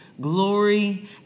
glory